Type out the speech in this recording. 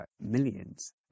millions